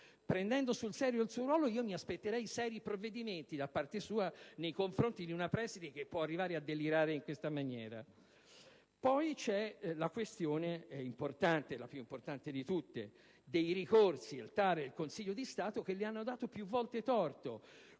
prendendo sul serio il suo ruolo, io mi aspetterei seri provvedimenti nei confronti di una preside che può arrivare a delirare in questa maniera. Poi c'è la questione, la più importante di tutte, dei ricorsi al TAR e al Consiglio di Stato che le hanno dato più volte torto.